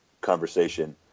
conversation